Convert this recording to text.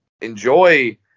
enjoy